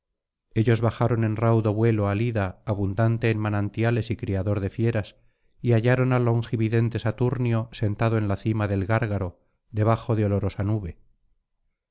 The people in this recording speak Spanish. ellos bajaron en raudo vuelo al ida abundante en manantiales y criador de fieras y hallaron al longividente saturnio sentado en la cima del gárgaro debajo de olorosa nube